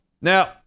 Now